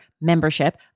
membership